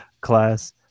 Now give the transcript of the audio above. class